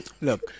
Look